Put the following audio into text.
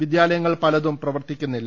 വിദ്യാലയങ്ങൾ പലതും പ്രവർത്തി ക്കുന്നില്ല